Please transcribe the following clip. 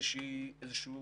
איזשהו